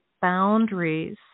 boundaries